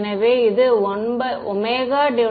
எனவே இது ωc2